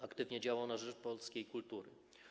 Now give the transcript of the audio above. Aktywnie działał na rzecz polskiej kultury.